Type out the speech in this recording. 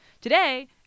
Today